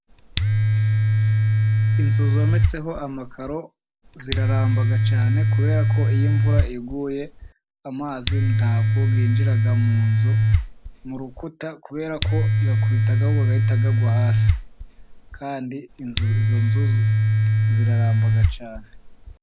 Inzu zometseho amakaro ziraramba cyane kubera ko iyo imvura iguye, amazi ntabwo yinjira mu nzu, mu rukuta, kubera ko akubitaho agahita agwa hasi. Kandi izo nzu ziraramba cyane.